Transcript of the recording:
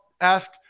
ask